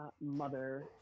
mother